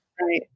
Right